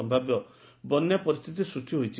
ସମ୍ଭାବ୍ୟ ବନ୍ୟା ପରିସ୍ରିତି ସୂଷି ହୋଇଛି